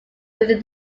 within